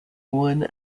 one